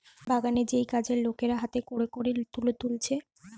বাগানের যেই কাজের লোকেরা হাতে কোরে কোরে তুলো তুলছে